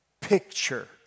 picture